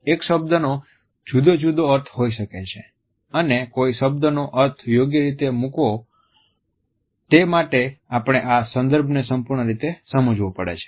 એક શબ્દનો જુદો જુદો અર્થ હોઈ શકે છે અને કોઈ શબ્દનો અર્થ યોગ્ય રીતે મૂકવા માટે આપણે આ સંદર્ભને સંપૂર્ણ રીતે સમજવો પડે છે